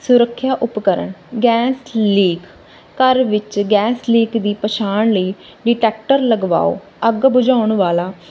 ਸੁਰੱਖਿਆ ਉਪਕਰਣ gas leak ਘਰ ਵਿੱਚ ਗੈਸ ਲੀਕ ਦੀ ਪਛਾਣ ਲਈ ਡਿਟੈਕਟਰ ਲਗਵਾਓ ਅੱਗ ਬੁਝਾਉਣ ਵਾਲਾ